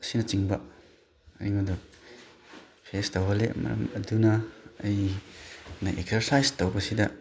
ꯑꯁꯤꯅꯆꯤꯡꯕ ꯑꯩꯉꯣꯟꯗ ꯐꯦꯁ ꯇꯧꯍꯜꯂꯤ ꯃꯔꯝ ꯑꯗꯨꯅ ꯑꯩꯅ ꯑꯦꯛꯁꯔꯁꯥꯏꯁ ꯇꯧꯕꯁꯤꯗ